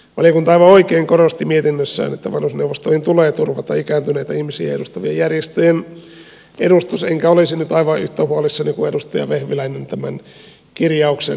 valiokunta aivan oikein korosti mietinnössään että vanhusneuvostoihin tulee turvata ikääntyneitä ihmisiä edustavien järjestöjen edustus enkä olisi nyt aivan yhtä huolissani kuin edustaja vehviläinen tämän kirjauksen täsmällisyydestä